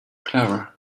clara